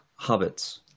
hobbits